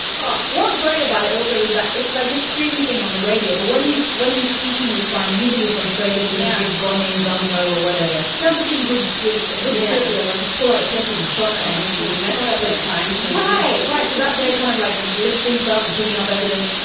oh what's great about it also is that it's like this creamy thing on the radio. but when he's when he's speaking with funny, usually frustrated because he's gone in gung ho or whatever, done something ridiculous, ridiculous like just pull out a pistol and shot someone, he's going to mess like up a crime scene, right? right. she's out there kind of like lifting stuff and picking up evidence.